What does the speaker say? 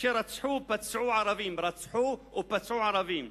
אשר רצחו או פצעו ערבים, רצחו או פצעו ערבים,